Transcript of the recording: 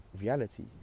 reality